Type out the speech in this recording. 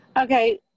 Okay